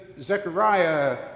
Zechariah